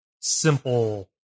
simple